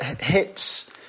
hits